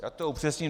Já to upřesním.